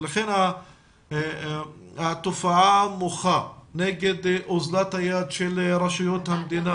לכן הוועדה מוחה נגד אוזלת היד של רשויות המדינה